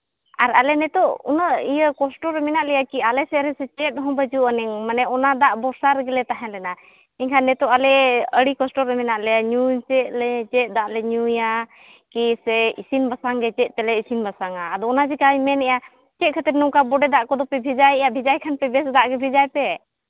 ᱟᱨ ᱟᱞᱮ ᱱᱤᱛᱳᱜ ᱤᱭᱟᱹ ᱩᱱᱟᱹᱜ ᱠᱚᱥᱴᱚ ᱨᱮ ᱢᱮᱱᱟᱜ ᱞᱮᱭᱟ ᱠᱤ ᱟᱞᱮ ᱥᱮᱫ ᱨᱮ ᱪᱮᱫ ᱦᱚᱸ ᱵᱟᱹᱪᱩᱜᱼᱟᱹᱱᱤᱡ ᱢᱟᱱᱮ ᱚᱱᱟ ᱫᱟᱜ ᱵᱷᱚᱨᱥᱟ ᱨᱮᱜᱮᱞᱮ ᱛᱟᱦᱮᱸ ᱞᱮᱱᱟ ᱮᱝᱠᱷᱟᱱ ᱱᱤᱛᱳᱜ ᱟᱞᱮ ᱟᱹᱰᱤ ᱠᱚᱥᱴᱚ ᱨᱮ ᱢᱮᱱᱟᱜ ᱞᱮᱭᱟ ᱧᱩ ᱪᱮᱫ ᱞᱮ ᱪᱮᱫ ᱫᱟᱜ ᱞᱮ ᱧᱩᱭᱟ ᱠᱤ ᱥᱮ ᱤᱥᱤᱱ ᱵᱟᱥᱟᱝ ᱜᱮ ᱪᱮᱫ ᱛᱮᱞᱮ ᱤᱥᱤᱱ ᱵᱟᱥᱟᱝᱟ ᱟᱫᱚ ᱚᱱᱟ ᱪᱮᱠᱟᱧ ᱢᱮᱱᱮᱜᱼᱟ ᱪᱮᱫ ᱠᱷᱟᱹᱛᱤᱨ ᱱᱚᱝᱠᱟ ᱵᱚᱰᱮ ᱫᱟᱜ ᱠᱚᱫᱚ ᱯᱮ ᱵᱷᱮᱡᱟᱭᱮᱜᱼᱟ ᱵᱷᱮᱡᱟᱭ ᱠᱷᱟᱱ ᱯᱮ ᱵᱮᱥ ᱫᱟᱜ ᱜᱮ ᱵᱷᱮᱡᱟᱭ ᱯᱮ